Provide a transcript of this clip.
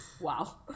Wow